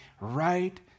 right